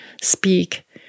speak